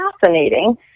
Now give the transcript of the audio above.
fascinating